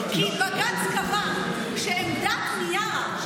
כי בג"ץ קבע שעמדת מיארה,